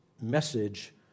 message